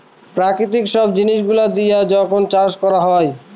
প্রাকৃতিক সব জিনিস গুলো দিয়া যখন চাষ করা হয়